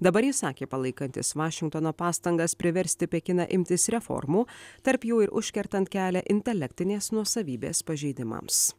dabar jis sakė palaikantis vašingtono pastangas priversti pekiną imtis reformų tarp jų ir užkertant kelią intelektinės nuosavybės pažeidimams